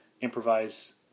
Improvise